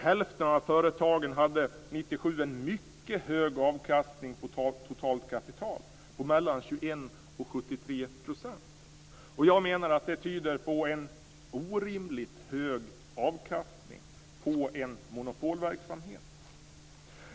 Hälften av företagen hade 1997 en mycket hög avkastning på totalt kapital, 21-73 %. Jag menar att det tyder på en orimligt hög avkastning på en monopolverksamhet.